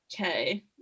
Okay